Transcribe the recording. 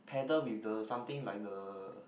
paddle with the something like a